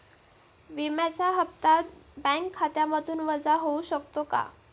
विम्याचा हप्ता बँक खात्यामधून वजा होऊ शकतो का?